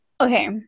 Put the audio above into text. Okay